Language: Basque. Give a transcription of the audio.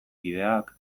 kideak